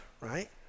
right